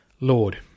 Lord